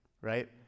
right